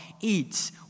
eats